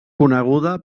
coneguda